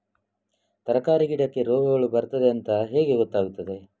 ತರಕಾರಿ ಗಿಡಕ್ಕೆ ರೋಗಗಳು ಬರ್ತದೆ ಅಂತ ಹೇಗೆ ಗೊತ್ತಾಗುತ್ತದೆ?